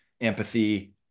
empathy